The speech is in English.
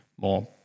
more